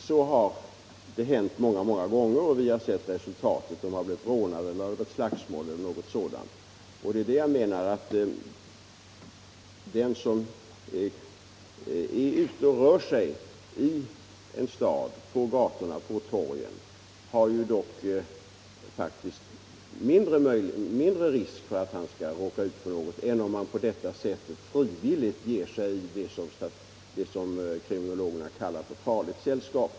Så har det hänt många många gånger, och vi har sett resultatet. De har blivit rånade eller råkat i slagsmål eller något liknande. Det är därför jag menar att den som är ute och rör sig i en stad, på gator och torg, faktiskt löper mindre risk att råka ut för något än om han på detta sätt frivilligt ger sig in i det kriminologerna kallar ”farligt sällskap”.